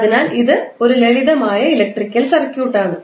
അതിനാൽ ഇത് ഒരു ലളിതമായ ഇലക്ട്രിക്കൽ സർക്യൂട്ട് ആണ്